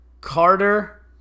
Carter